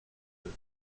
peut